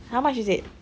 how much is it